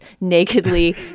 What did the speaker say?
nakedly